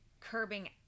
curbing